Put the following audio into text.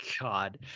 God